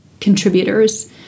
contributors